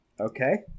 okay